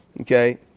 okay